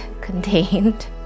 contained